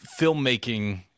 filmmaking